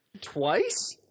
twice